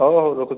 ହଉ ହଉ ରଖୁଛି